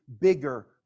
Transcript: bigger